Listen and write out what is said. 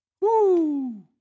Woo